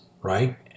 right